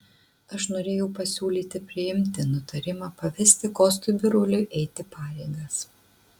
aš norėjau pasiūlyti priimti nutarimą pavesti kostui biruliui eiti pareigas